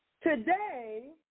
Today